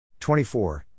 24